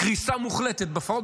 קריסה מוחלטת בפועל,